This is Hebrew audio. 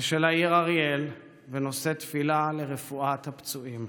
ושל העיר אריאל ונושא תפילה לרפואת הפצועים.